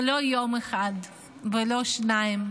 ולא יום אחד ולא שניים,